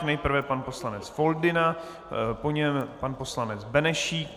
Nejprve pan poslanec Foldyna, po něm pan poslanec Benešík.